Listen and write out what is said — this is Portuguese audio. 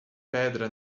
pedra